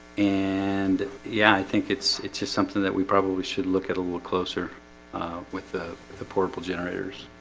and yeah, i think it's it's just something that we probably should look at a little closer with the the portable generators.